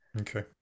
Okay